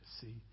See